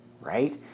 right